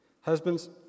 Husbands